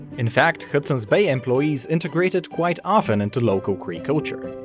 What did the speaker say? in fact, hudson's bay employees integrated quite often into local cree culture.